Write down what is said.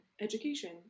education